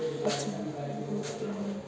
पश्चिम